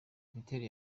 imiterere